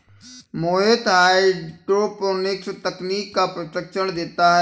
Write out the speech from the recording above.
मोहित hydroponics तकनीक का प्रशिक्षण देता है